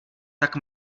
tak